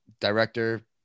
director